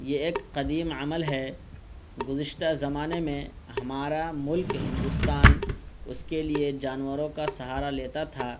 یہ ایک قدیم عمل ہے گذشتہ زمانے میں ہمارا ملک ہندوستان اس کے لیے جانوروں کا سہارا لیتا تھا